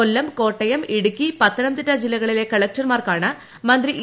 കൊല്ലം കോട്ടയം കേടുക്കി പത്തനംതിട്ട ജില്ലകളിലെ കളക്ടർമാർക്കാണ് മന്ത്രി ഇ